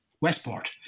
Westport